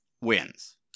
wins